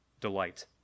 delight